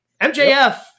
MJF